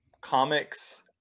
comics